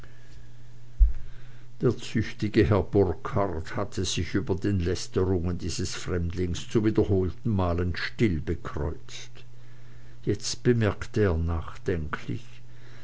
der züchtige herr burkhard hatte sich über den lästerungen dieses fremdlings zu wiederholten malen still bekreuzt jetzt bemerkte er nachdenklich